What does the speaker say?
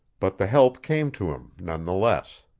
but the help came to him, none the less.